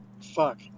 Fuck